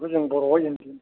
बेखौ जों बर'आव इन्दि एम्फौ